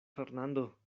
fernando